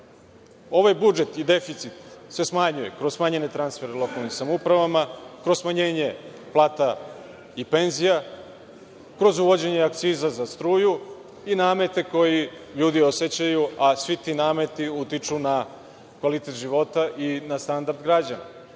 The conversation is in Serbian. ovaj budžet i deficit se smanjuje kroz smanjene transfere lokalnim samoupravama, kroz smanjenje plata i penzija, kroz uvođenje akciza za struju i namete koji ljudi osećaju, a svi ti nameti utiču na kvalitet života i na standard građana.